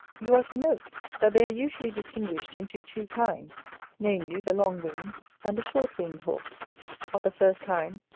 you are to note that they are usually distinguished into two kinds namely, the long-winged, and the short-winged hawk of the first kind,